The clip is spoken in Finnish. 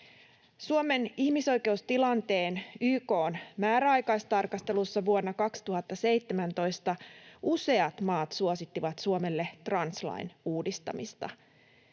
Suomen ihmisoikeustilanteen YK:n määräaikaistarkastelussa vuonna 2017 useat maat suosittivat Suomelle translain uudistamista.